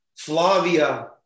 Flavia